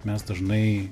mes dažnai